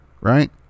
Right